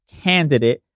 candidate